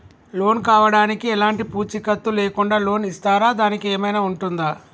Loan కావడానికి ఎలాంటి పూచీకత్తు లేకుండా లోన్ ఇస్తారా దానికి ఏమైనా ఉంటుందా?